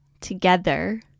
together